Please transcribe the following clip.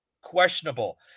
questionable